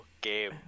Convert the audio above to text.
game